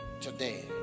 today